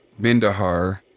Bindahar